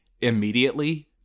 immediately